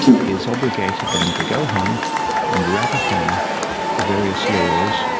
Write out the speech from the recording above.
is obligated then to go home and ratify the various laws,